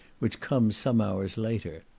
which comes some hours later.